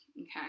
okay